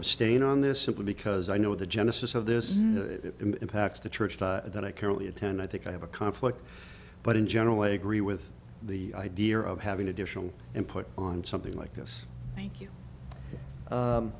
abstain on this simply because i know the genesis of this impacts the church that i currently attend i think i have a conflict but in general i agree with the idea of having additional input on something like this